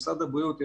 משרד הבריאות,